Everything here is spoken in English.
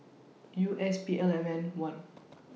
U S P L M N one